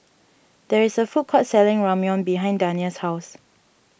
there is a food court selling Ramyeon behind Dania's house